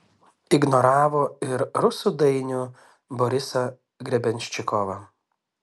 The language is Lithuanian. ignoravo ir rusų dainių borisą grebenščikovą